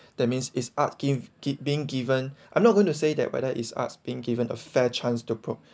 that means is art give g~ been given I'm not going to say that whether it's arts being given a fair chance to pro~